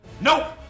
Nope